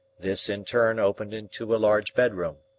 this in turn opened into a large bedroom.